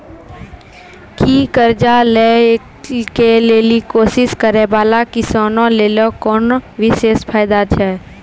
कि कर्जा लै के लेली कोशिश करै बाला किसानो लेली कोनो विशेष फायदा छै?